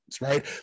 right